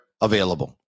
available